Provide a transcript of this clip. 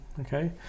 okay